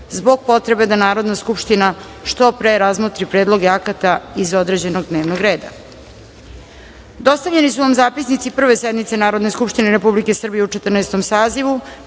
zbog potrebe da Narodna skupština što pre razmotri predloge akata iz određenog dnevnog reda. Dostavljeni su vam zapisnici Prve sednice Narodne skupštine Republike Srbije u Četrnaestom